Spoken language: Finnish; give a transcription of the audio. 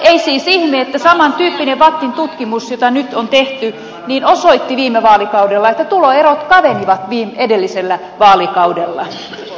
ei siis ihme että saman tyyppinen vattin tutkimus joka nyt on tehty osoitti viime vaalikaudella että tuloerot kavenivat edellisellä vaalikaudella